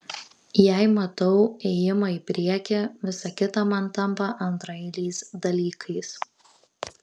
jei matau ėjimą į priekį visa kita man tampa antraeiliais dalykais